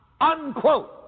unquote